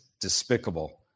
despicable